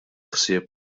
ħsieb